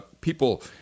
people